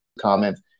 comments